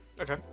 Okay